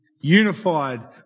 unified